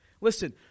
Listen